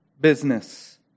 business